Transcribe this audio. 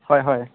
হয় হয়